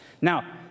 Now